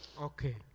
Okay